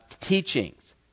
teachings